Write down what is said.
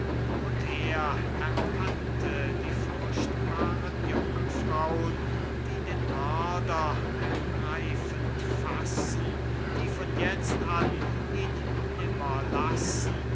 um und er erkannte die furchtbaren jungfraun die den mörder ergreifend fassen die von jetzt an ihn nimmer lassen